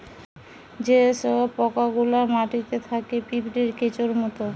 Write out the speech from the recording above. যে সব পোকা গুলা মাটিতে থাকে পিঁপড়ে, কেঁচোর মত